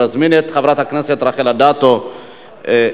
אני מזמין את חברת הכנסת רחל אדטו סליחה,